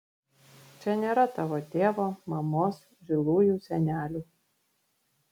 čia nėra tavo tėvo mamos žilųjų senelių